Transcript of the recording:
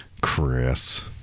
Chris